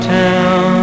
town